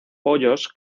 pollos